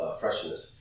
freshness